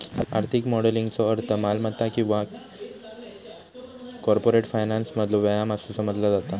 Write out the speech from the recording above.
आर्थिक मॉडेलिंगचो अर्थ मालमत्ता किंमत किंवा कॉर्पोरेट फायनान्समधलो व्यायाम असा समजला जाता